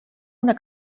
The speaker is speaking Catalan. una